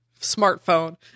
smartphone